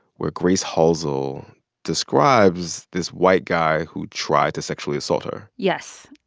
where grace halsell describes this white guy who tried to sexually assault her yes.